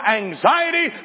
anxiety